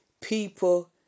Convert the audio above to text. people